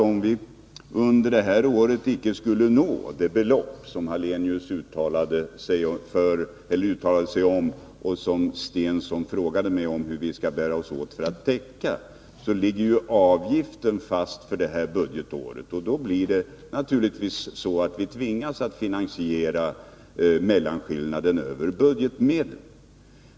Om vi inte i år skulle få in det belopp som Ingemar Hallenius talade om och om vars täckande Börje Stensson frågade, är det ju ändå så att avgiften ligger fast för det här budgetåret. En mellanskillnad skulle vi naturligtvis vara tvungna att finansiera med hjälp av budgetmedel.